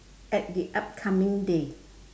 at the upcoming day